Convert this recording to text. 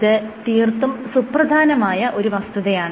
ഇത് തീർത്തും സുപ്രധാനമായ ഒരു വസ്തുതയാണ്